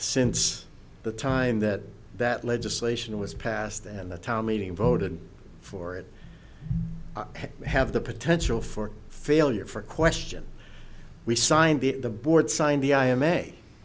since the time that that legislation was passed and the town meeting voted for it have the potential for failure for question we signed the the board signed the i